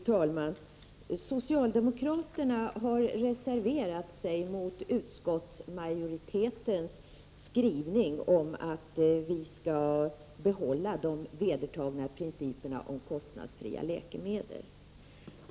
Fru talman! Socialdemokraterna har reserverat sig mot utskottsmajoritetens skrivning om att vi skall behålla de vedertagna principerna om kostnadsfria läkemedel.